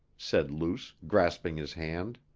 said luce, grasping his hand.